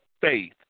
faith